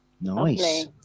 Nice